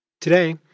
Today